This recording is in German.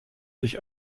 sich